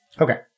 Okay